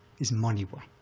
is monywa.